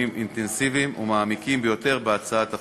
אינטנסיביים ומעמיקים ביותר בהצעת החוק.